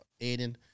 Aiden